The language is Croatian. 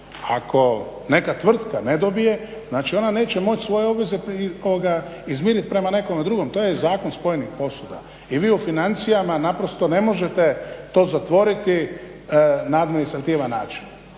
ako neka tvrtka ne dobije znači ona neće moći svoje obveze izmirit prema nekom drugom. To je zakon spojenih posuda i u financijama naprosto ne možete to zatvoriti na administrativan način.